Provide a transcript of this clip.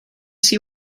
see